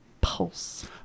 pulse